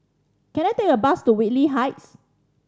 can I take a bus to Whitley Heights